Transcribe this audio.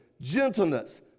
gentleness